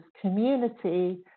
Community